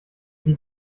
sie